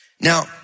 Now